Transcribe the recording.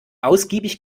ausgiebig